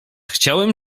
chciałem